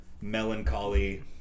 melancholy